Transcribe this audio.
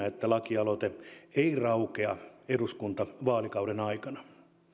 että kansalaisaloite ei raukea eduskuntavaalikauden aikana